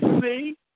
see